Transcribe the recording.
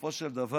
בסופו של דבר,